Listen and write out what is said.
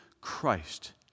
Christ